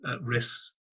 risks